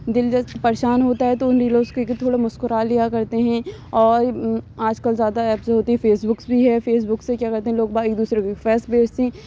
دِل جیسے پریشان ہوتا ہے تو اُن ریلوس کے کہ تھوڑا مسکرا لیا کرتے ہیں اور آج کل زیادہ ایپس جو ہوتے ہیں فیس بکس بھی ہے فیس بک سے کیا کرتے ہیں لوگ باغ ایک دوسرے کو ریکویسٹ بھیجتے ہیں